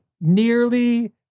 nearly